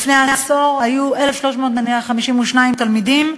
לפני עשור היו 1,352 תלמידים,